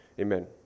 amen